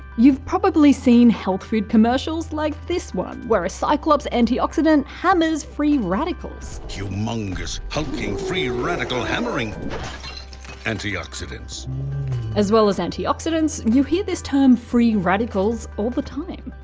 you've probably seen health food commercials like this one, where a cyclops antioxidant hammers free radicals humongous, hulky free radical-hammering antioxidants as well as antioxidants, you hear this term free radicals all the time.